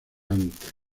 antes